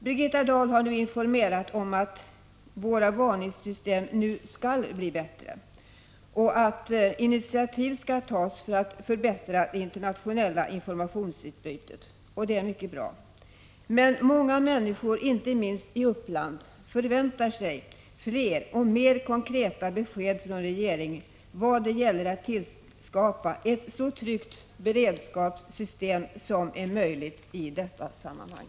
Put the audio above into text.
Birgitta Dahl har informerat om att våra varningssystem nu skall förbättras och att initiativ skall tas för att förbättra det internationella informationsutbytet, och det är mycket bra. Men många människor, inte minst i Uppland, förväntar sig fler och mer konkreta besked från regeringen när det gäller att skapa ett så tryggt beredskapssystem som möjligt i detta sammanhang.